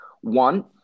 One